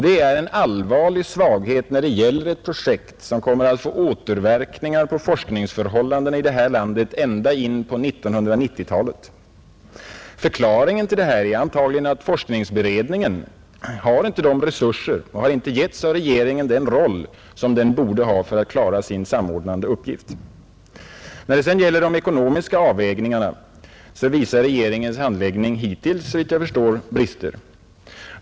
Detta är en allvarlig svaghet när det gäller ett projekt som kommer att få återverkningar på forskningsförhållandena i Sverige ända in på 1990-talet. Förklaringen till detta är antagligen att forskningsberedningen inte har de resurser och av regeringen inte fått den roll som den borde ha för att klara sin samordnande uppgift. När det sedan gäller de ekonomiska avvägandena visar, såvitt jag förstår, regeringens handläggning hittills brister.